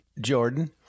Jordan